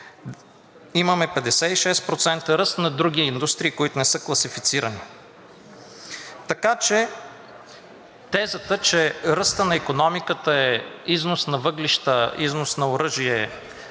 Имаме 56% ръст на други индустрии, които не са класифицирани. Така че тезата, че ръстът на икономиката е износ на въглища, износ на оръжие и